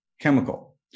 chemical